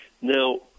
Now